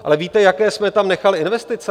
Ale víte, jaké jsme tam nechali investice?